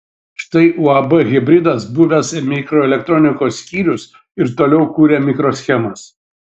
štai uab hibridas buvęs mikroelektronikos skyrius ir toliau kuria mikroschemas